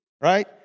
Right